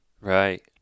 Right